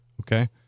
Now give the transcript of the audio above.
Okay